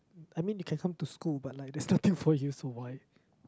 I mean you can come to school but like there's nothing for you so why